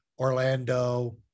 orlando